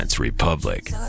Republic